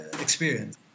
experience